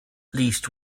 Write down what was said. least